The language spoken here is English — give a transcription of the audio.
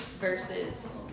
versus